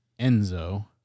Enzo